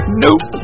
nope